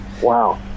Wow